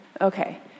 Okay